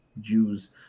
Jews